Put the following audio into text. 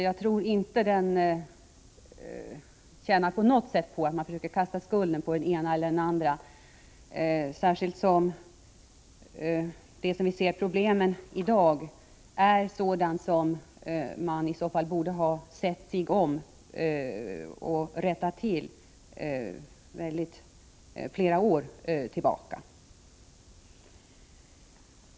Jag tror inte att den på något sätt tjänar på att man försöker kasta skulden på den ena eller den andra, särskilt som det som vi ser som problem i dag är sådant som man för flera år sedan borde ha tagit sig an och försökt rätta till.